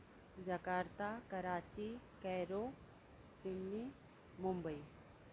Jakarta Karachi Cairo सिमली मुंबई